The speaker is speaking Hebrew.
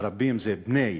הרבים זה "בני",